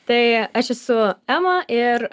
tai aš esu ema ir